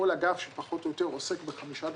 כל אגף שהוא פחות או יותר עוסק בחמישה דוחות,